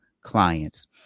clients